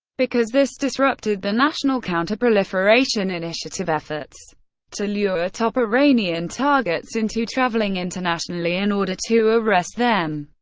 because this disrupted the national counterproliferation initiative efforts to lure top iranian targets into traveling internationally in order to arrest them.